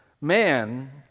Man